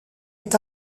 est